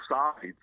sides